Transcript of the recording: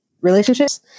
relationships